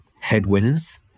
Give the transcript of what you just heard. headwinds